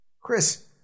Chris